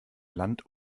land